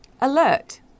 alert